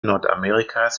nordamerikas